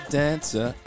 dancer